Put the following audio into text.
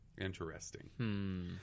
Interesting